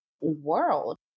world